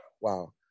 Wow